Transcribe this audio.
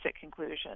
conclusion